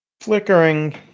flickering